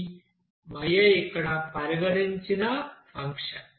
yi ఇక్కడ పరిగణించిన function